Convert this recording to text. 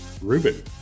Ruben